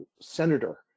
senator